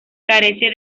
carece